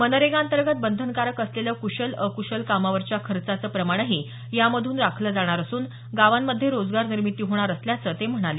मनरेगांतर्गत बंधनकारक असलेलं कुशल अकुशल कामावरच्या खर्चाचं प्रमाणही यामधून राखलं जाणार असून गावांमध्ये रोजगार निर्मिती होणार असल्याचं ते म्हणाले